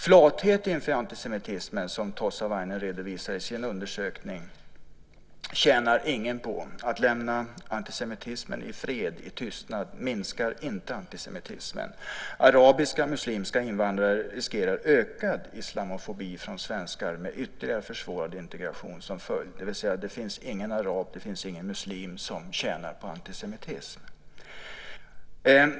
Flathet inför antisemitism, som Tossavainen redovisar i sin undersökning, tjänar ingen på. Att lämna antisemitismen i fred i tystnad minskar inte antisemitismen. Arabiska muslimska invandrare riskerar ökad islamofobi från svenskar med ytterligare försvårad integration som följd, det vill säga: Det finns ingen arab eller muslim som tjänar på antisemitism.